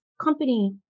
company